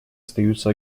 остаются